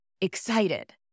excited